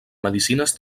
medicines